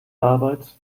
arbeit